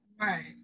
right